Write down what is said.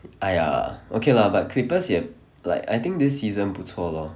!aiya! okay lah but Clippers 也 like I think this season 不错 lor